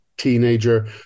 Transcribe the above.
Teenager